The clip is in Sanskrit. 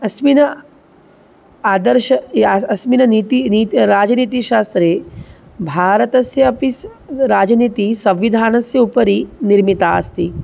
अस्मिन् आदर्शया अस्मिन् नीतिः राजनीतिशास्त्रे भारतस्य अपि सः राजनीतिः संविधानस्य उपरि निर्मिता अस्ति